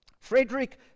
Frederick